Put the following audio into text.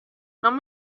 non